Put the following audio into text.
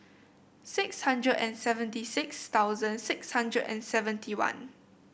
six hundred and seventy six thousand six hundred and seventy one